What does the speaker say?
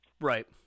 Right